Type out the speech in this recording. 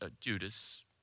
Judas